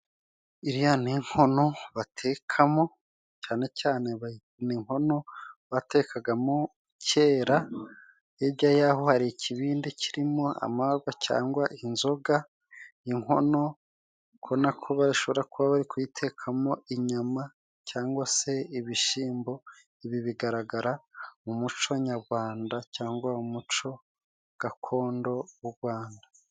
Iriya ni inkono batekamo cyane cyane ni inkono batekagamo kera, hirya yaho hari ikibindi kirimo amagwa cyangwa inzoga. Inkono ko na ko ishobora kuba bari kuyitekamo inyama cyangwa se ibishimbo, ibi bigaragara mu muco nyagwanda cyangwa umuco gakondo w'u Gwanda.